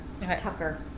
Tucker